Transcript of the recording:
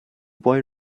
boy